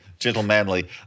Gentlemanly